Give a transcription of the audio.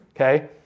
Okay